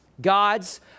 God's